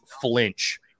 flinch